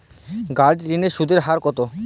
গাড়ির ঋণের সুদের হার কতো?